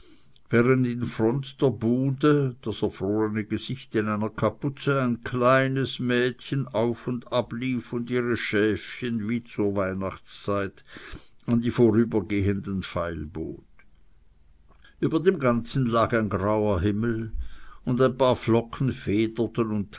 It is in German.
in front der bude das erfrorene gesicht in einer kapuze ein kleines mädchen auf und ab lief und ihre schäfchen wie zur weihnachtszeit an die vorübergehenden feilbot über dem ganzen aber lag ein grauer himmel und ein paar flocken